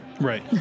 Right